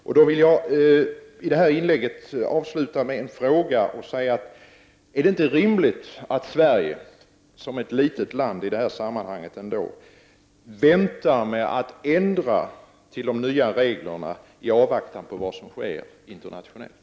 Jag vill avsluta detta inlägg med en fråga: Är det inte rimligt att Sverige, som är ett litet i land i detta sammanhang, väntar med att ändra till de nya reglerna i avvaktan på vad som sker internationellt?